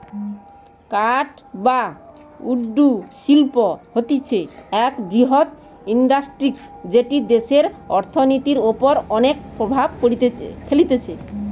কাঠ বা উড শিল্প হতিছে এক বৃহত্তম ইন্ডাস্ট্রি যেটি দেশের অর্থনীতির ওপর অনেক প্রভাব ফেলতিছে